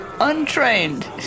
untrained